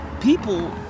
people